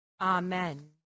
Amen